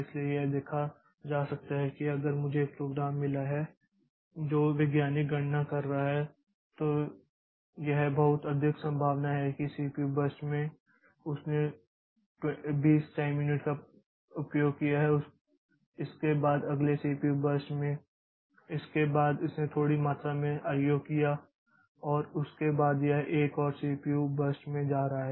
इसलिए यह देखा जा सकता है कि अगर मुझे एक प्रोग्राम मिला है जो कुछ वैज्ञानिक गणना कर रहा है तो यह बहुत अधिक संभावना है कि एक सीपीयू बर्स्ट में उसने 20 टाइम यूनिट्स का उपयोग किया है इसके बाद अगले सीपीयू बर्स्ट में इसके बाद इसने थोड़ी मात्रा में IO किया और उसके बाद यह एक और सीपीयू बर्स्ट में जा रहा है